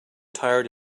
tired